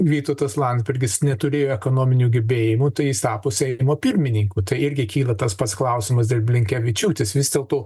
vytautas landsbergis neturėjo ekonominių gebėjimų tai jis tapo seimo pirmininku tai irgi kyla tas pats klausimas dėl blinkevičiūtės vis dėlto